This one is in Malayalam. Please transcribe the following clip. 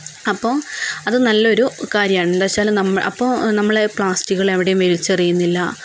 അപ്പോൾ അത് നല്ലൊരു കാര്യമാണ് എന്താന്ന് വെച്ചാൽ അപ്പോൾ നമ്മള് പ്ലാസ്റ്റിക്കുകൾ എവിടെയും വലിച്ചെറിയുന്നില്ല